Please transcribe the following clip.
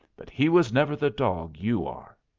but he was never the dog you are!